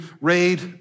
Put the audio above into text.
raid